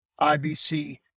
IBC